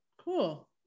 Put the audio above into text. Cool